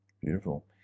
Beautiful